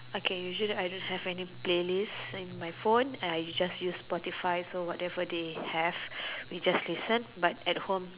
okay usually I don't have any playlist in my phone and I just use Spotify so whatever they have we just listen but at home